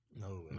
No